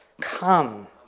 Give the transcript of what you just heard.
come